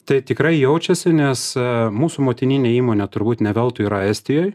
tai tikrai jaučiasi nes mūsų motininė įmonė turbūt ne veltui yra estijoj